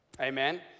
amen